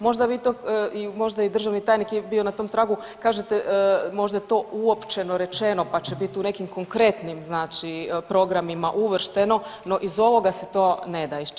Možda vi to, možda i državni tajnik je bio na tom tragu kažete možda je to uopćeno rečeno pa će biti u nekim konkretnim znači programima uvršteno, no iz ovoga se to ne da iščitati.